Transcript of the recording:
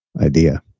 idea